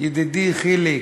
ידידי חיליק,